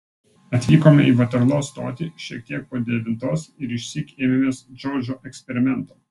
atvykome į vaterlo stotį šiek tiek po devintos ir išsyk ėmėmės džordžo eksperimento